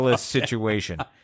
situation